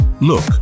look